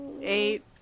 Eight